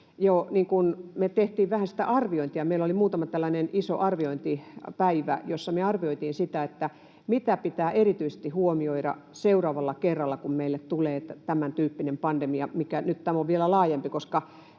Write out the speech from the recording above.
analyysia, arviointia, että meillä oli muutama iso arviointipäivä, jolloin me arvioitiin sitä, mitä erityisesti pitää huomioida seuraavalla kerralla, kun meille tulee tämän tyyppinen pandemia, mikä nyt on. — Tämä on vielä laajempi,